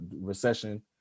Recession